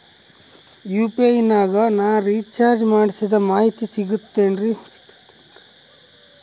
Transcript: UPI ನಾಗ ನಾ recharge ಮಾಡಿಸಿದ ಮಾಹಿತಿ ಸಿಕ್ತದೆ ಏನ್ರಿ?